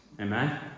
Amen